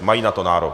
Mají na to nárok.